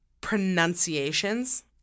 pronunciations